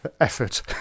effort